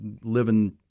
living